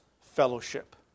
fellowship